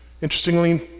Interestingly